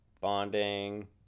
bonding